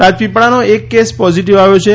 રાજપીપળાનો એક case positive આવ્યો છે